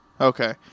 Okay